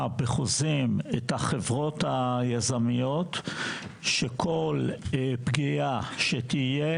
בחוזים את החברות היזמיות שכל פגיעה שתהיה